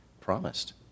promised